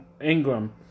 Ingram